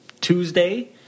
Tuesday